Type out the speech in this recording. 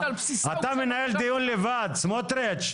אתה מנהל דיון לבד, סמוטריץ'.